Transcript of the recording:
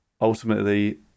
ultimately